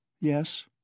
Yes